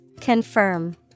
Confirm